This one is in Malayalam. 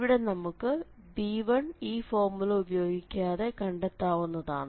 ഇവിടെ നമുക്ക് b1 ഈ ഫോർമുല ഉപയോഗിക്കാതെ കണ്ടെത്താവുന്നതാണ്